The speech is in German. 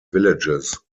villages